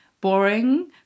boring